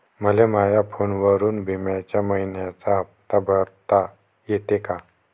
मले माया फोनवरून बिम्याचा मइन्याचा हप्ता भरता येते का?